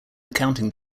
accounting